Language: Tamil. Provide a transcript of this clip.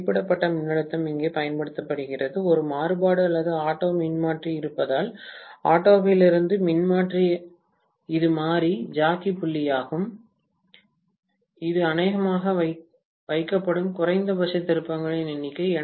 மதிப்பிடப்பட்ட மின்னழுத்தம் இங்கே பயன்படுத்தப்படுகிறது ஒரு மாறுபாடு அல்லது ஆட்டோ மின்மாற்றி இருப்பதால் ஆட்டோவிலிருந்து மின்மாற்றி இது மாறி ஜாக்கி புள்ளியாகும் இது அநேகமாக வைக்கப்படும் குறைந்தபட்ச திருப்பங்களின் எண்ணிக்கை